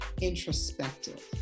introspective